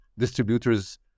distributors